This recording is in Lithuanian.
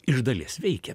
iš dalies veikia